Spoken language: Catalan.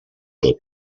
tot